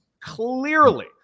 clearly